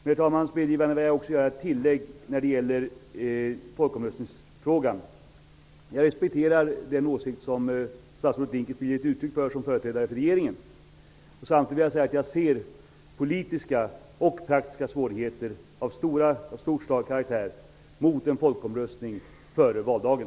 Med herr talmannens medgivande vill jag också göra ett tillägg när det gäller folkomröstningsfrågan. Jag respekterar den åsikt som statsrådet Dinkelspiel som företrädare för regeringen har givit uttryck för. Samtidigt vill jag säga att jag ser stora politiska och praktiska svårigheter för en folkomröstning före valdagen.